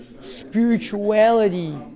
spirituality